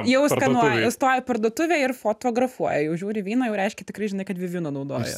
jau skanuoja stoja parduotuvėj ir fotografuoja jau žiūri vyną jau reiškia tikrai žinai kad viviną naudoja